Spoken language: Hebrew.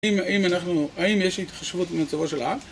אם... אם אנחנו... האם יש התחשבות במצבו של העם?